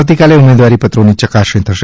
આવતીકાલે ઉમેદવારીપત્રોની યકાસણી થશે